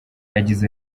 yagize